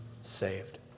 saved